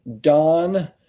Dawn